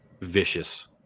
vicious